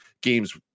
games